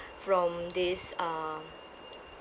from this uh